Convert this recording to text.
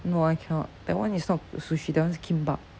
no I cannot that one is not sushi that one is kimbap